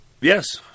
Yes